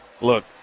look